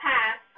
Pass